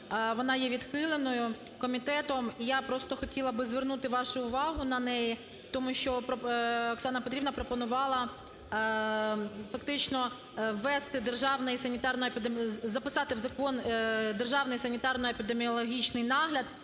вона є відхиленою комітетом. Я просто хотіла би звернути вашу увагу на неї, тому що Оксана Петрівна пропонувала фактично ввести державний санітарно… записати в закон державний санітарно-епідеміологічний нагляд